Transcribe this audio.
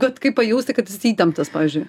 vat kaip pajusti kad jis įtemptas pavyzdžiui